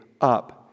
up